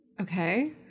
Okay